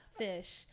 fish